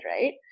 Right